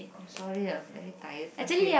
I am sorry I'm very tired okay